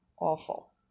awful